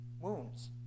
wounds